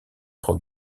prend